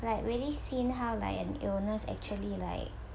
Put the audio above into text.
like really seen how like an illness actually like